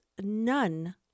none